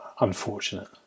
unfortunate